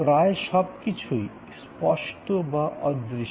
প্রায় সবকিছুই স্পষ্ট বা অদৃশ্য